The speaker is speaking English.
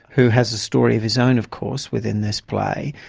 who has a story of his own, of course, within this play,